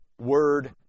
Word